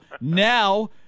now